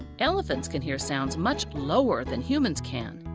elephants can hear sounds much lower than humans can.